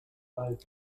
als